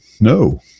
No